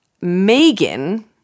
Megan